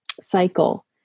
cycle